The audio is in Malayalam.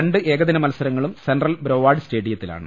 രണ്ട് ഏകദിന മത്സരങ്ങളും സെൻട്രൽ ബ്രൊവാർഡ് സ്റ്റേഡിയത്തിലാണ്